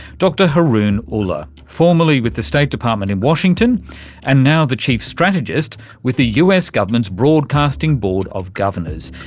dr haroon ullah, formerly with the state department in washington and now the chief strategist with the us government's broadcasting board of governors.